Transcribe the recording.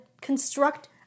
construct